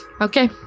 Okay